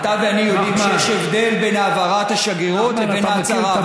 אתה ואני יודעים שיש הבדל בין העברת השגרירות לבין ההצהרה.